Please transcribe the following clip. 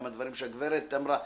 גם הדברים שהגברת אמרה.